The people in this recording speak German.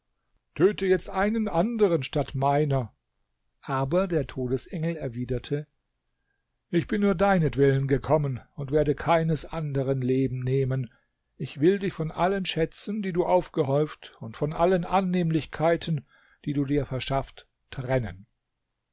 töte jetzt einen anderen statt meiner aber der todesengel erwiderte ich bin nur deinetwillen gekommen und werde keines anderen leben nehmen ich will dich von allen schätzen die du aufgehäuft und von allen annehmlichkeiten die du dir verschafft trennen